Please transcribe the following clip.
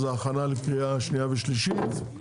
זה הכנה לקריאה שנייה ושלישית.